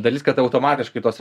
dalis kad automatiškai tos